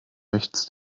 rechts